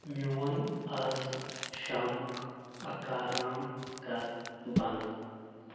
میون آز شامُک اکارام کر بند